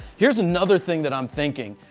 here is another thing that i'm thinking.